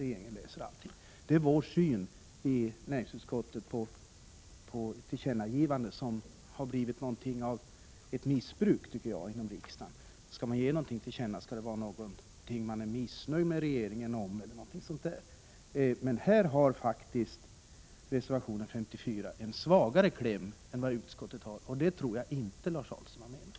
Detta är utskottsmajoritetens syn på tillkännagivandet, som enligt min mening har missbrukats i riksdagen. Skall man ge någonting till känna skall det röra sig om missnöje med regeringen eller någonting sådant. Reservation 54 har faktiskt en svagare kläm än utskottet, och det tror jag inte Lars Ahlström har önskat.